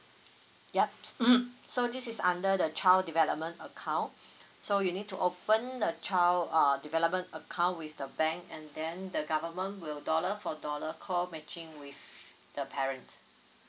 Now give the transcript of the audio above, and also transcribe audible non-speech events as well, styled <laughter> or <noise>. yups <coughs> so this is under the child development account so you need to open a child uh development account with the bank and then the government will dollar for dollar co matching with the parent